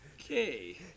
Okay